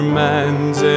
man's